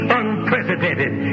unprecedented